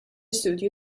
studju